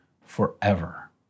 forever